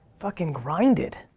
fucking grinded,